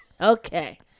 okay